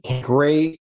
Great